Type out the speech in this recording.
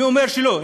מי אומר שלא?